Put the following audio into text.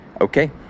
okay